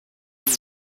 lgbt